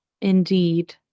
indeed